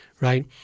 right